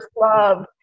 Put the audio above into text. love